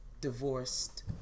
divorced